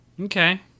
Okay